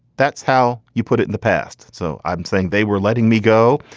that's how you put it in the past. so i'm saying they were letting me go.